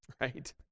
right